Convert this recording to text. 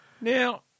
Now